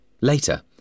Later